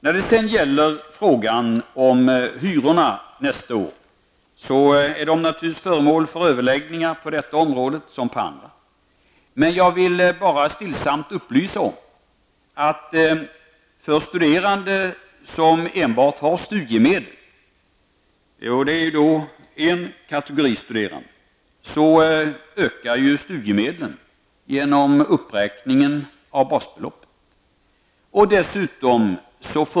När det gäller frågan om nästa års hyror är de naturligtvis föremål för överläggningar. Jag vill bara stillsamt upplysa om att för studerande som enbart har studiemedel -- det är en kategori studerande -- ökar studiemedlen genom uppräkning av basbeloppet.